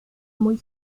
muy